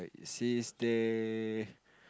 it says there